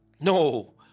No